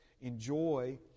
enjoy